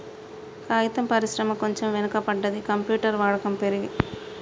కాగితం పరిశ్రమ కొంచెం వెనక పడ్డది, కంప్యూటర్ వాడకం పెరిగి